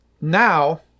now